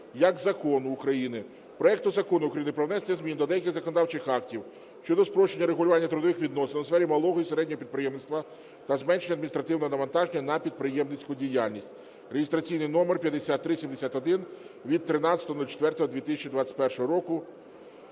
як закону України проекту Закону України "Про внесення змін до деяких законодавчих актів щодо спрощення регулювання трудових відносин у сфері малого і середнього підприємництва та зменшення адміністративного навантаження на підприємницьку діяльність" (реєстраційний номер 5371 від 13.04.2021 року).